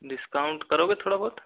discount करोगे थोड़ा बहुत